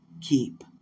keep